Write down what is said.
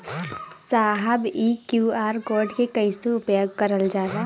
साहब इ QR code के कइसे उपयोग करल जाला?